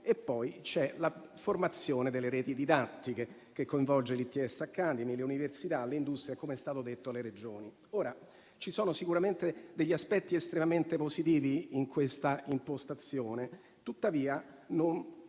e poi c'è la formazione delle reti didattiche che coinvolge l'ITS Academy, le università, le industrie e - come è stato detto - le Regioni. Ci sono sicuramente degli aspetti estremamente positivi in questa impostazione, ma non